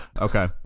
Okay